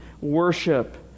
worship